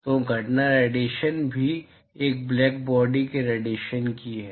तो घटना रेडिएशन भी एक ब्लैक बॉडी के रेडिएशन की है